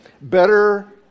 Better